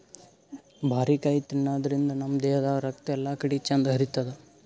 ಬಾರಿಕಾಯಿ ತಿನಾದ್ರಿನ್ದ ನಮ್ ದೇಹದಾಗ್ ರಕ್ತ ಎಲ್ಲಾಕಡಿ ಚಂದ್ ಹರಿತದ್